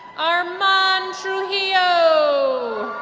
armand trujillo